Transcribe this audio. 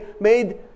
made